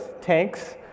Tanks